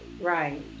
Right